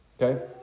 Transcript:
Okay